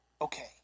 okay